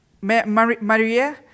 Maria